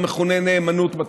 המכונה "נאמנות בתרבות",